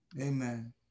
Amen